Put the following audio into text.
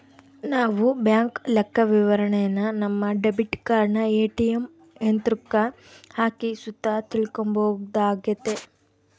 ನಾವು ಬ್ಯಾಂಕ್ ಲೆಕ್ಕವಿವರಣೆನ ನಮ್ಮ ಡೆಬಿಟ್ ಕಾರ್ಡನ ಏ.ಟಿ.ಎಮ್ ಯಂತ್ರುಕ್ಕ ಹಾಕಿ ಸುತ ತಿಳ್ಕಂಬೋದಾಗೆತೆ